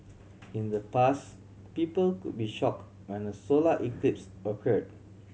in the past people could be shocked when a solar eclipse occurred